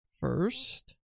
First